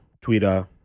twitter